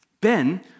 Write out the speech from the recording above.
Ben